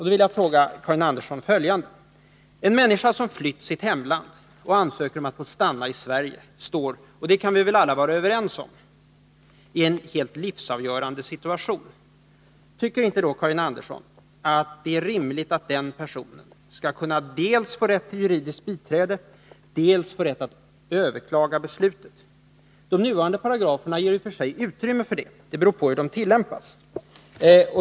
Då vill jag fråga Karin Andersson följande: En människa som flytt från sitt hemland och som ansöker om att få stanna i Sverige befinner sig — och det kan vi väl alla vara överens om — i en helt livsavgörande situation. Är det då inte rimligt att den personen skall kunna dels få rätt till juridiskt biträde, dels få rätt att överklaga beslutet? De nuvarande paragraferna ger i och för sig utrymme för detta — det beror bara på hur de tillämpas.